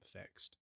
fixed